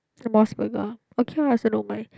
Mos-Burger ah okay lah I also don't mind